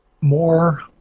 more